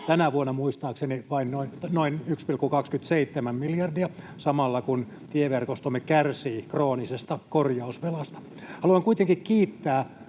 tänä vuonna muistaakseni vain noin 1,27 miljardia — samalla kun tieverkostomme kärsii kroonisesta korjausvelasta. Haluan kuitenkin kiittää